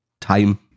time